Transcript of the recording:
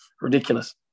ridiculous